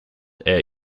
air